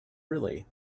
really